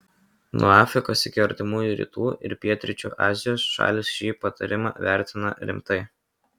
nuo afrikos iki artimųjų rytų ir pietryčių azijos šalys šį patarimą vertina rimtai